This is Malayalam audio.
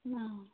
ആ ആ